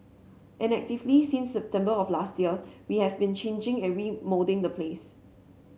and actively since September of last year we have been changing and remoulding the place